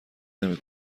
نمی